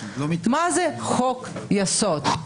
מה זה חוק יסוד?